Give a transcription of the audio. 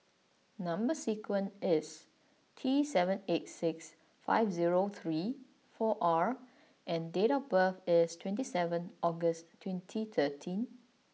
number sequence is T seven eight six five zero three four R and date of birth is twenty seven August twenty thirteen